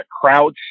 crouch